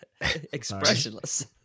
Expressionless